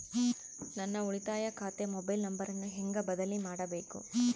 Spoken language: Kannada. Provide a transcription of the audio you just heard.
ನನ್ನ ಉಳಿತಾಯ ಖಾತೆ ಮೊಬೈಲ್ ನಂಬರನ್ನು ಹೆಂಗ ಬದಲಿ ಮಾಡಬೇಕು?